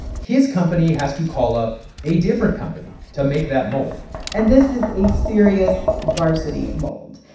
his company has to call up a different company to make that mold and this is a serious varsity mold.